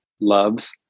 loves